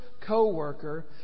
co-worker